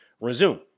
resume